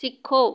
ਸਿੱਖੋ